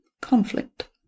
conflict